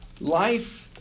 Life